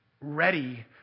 ready